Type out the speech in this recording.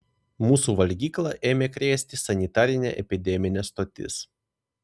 mūsų valgyklą ėmė krėsti sanitarinė epideminė stotis